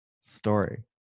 story